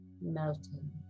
melting